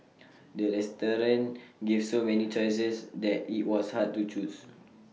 the restaurant gave so many choices that IT was hard to choose